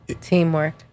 teamwork